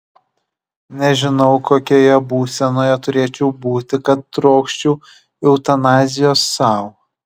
nežinau kokioje būsenoje turėčiau būti kad trokščiau eutanazijos sau